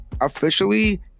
officially